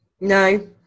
No